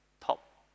top